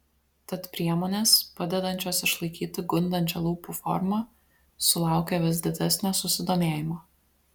tad priemonės padedančios išlaikyti gundančią lūpų formą sulaukia vis didesnio susidomėjimo